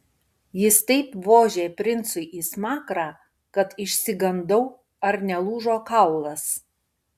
jis taip vožė princui į smakrą kad išsigandau ar nelūžo kaulas